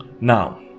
now